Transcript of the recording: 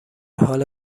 حال